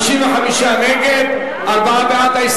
35 נגד, ארבעה בעד, שבעה נמנעים.